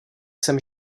jsem